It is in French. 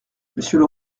monsieur